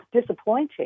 disappointing